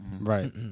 Right